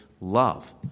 love